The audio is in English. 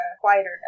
quieter